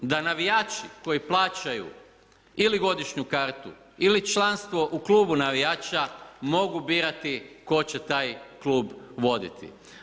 Da navijači koji plaćaju ili godišnju kartu, ili članstvo u Klubu navijača mogu birati tko će taj klub voditi.